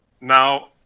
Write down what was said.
Now